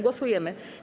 Głosujemy.